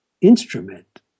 instrument